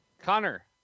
Connor